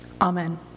amen